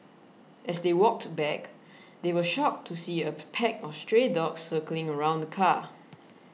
as they walked back they were shocked to see a pack of stray dogs circling around the car